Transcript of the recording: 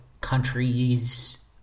countries